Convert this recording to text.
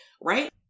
right